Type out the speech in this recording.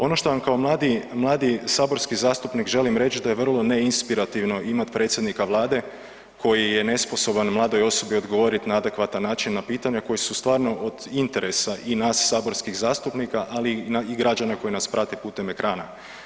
Ono što vam kao mladi saborski zastupnik želim reći da je vrlo ne inspirativno imati predsjednika Vlade koji je nesposoban mladoj osobi odgovoriti na adekvatan način na pitanja koja su stvarno od interesa i nas saborskih zastupnika, ali i građana koji nas prate putem ekrana.